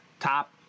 top